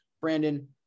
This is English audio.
Brandon